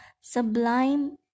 sublime